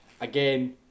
Again